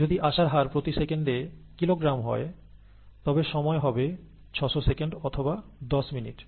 যদি আসার হার প্রতি সেকেন্ডে কিলোগ্রাম হয় তবে সময় হবে 600 সেকেন্ড অথবা 10 মিনিট